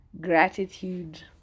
gratitude